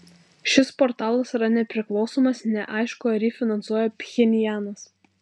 šis portalas yra nepriklausomas neaišku ar jį finansuoja pchenjanas